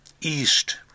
East